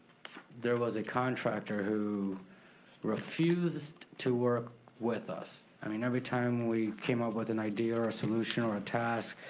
there was a contractor who refused to work with us. i mean every time we came up with an idea or a solution or a task,